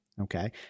Okay